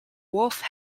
wolfe